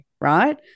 right